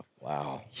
Wow